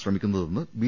ശ്രമിക്കുന്നതെന്ന് ബി